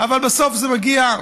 אבל בסוף זה מגיע,